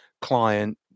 client